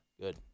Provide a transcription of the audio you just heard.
Good